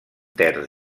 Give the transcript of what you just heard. terç